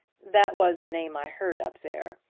that was the name i heard up there.